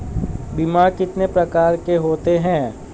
बीमा कितने प्रकार के होते हैं?